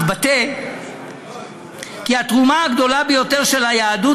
התבטא כי "התרומה הגדולה ביותר של היהדות